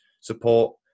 support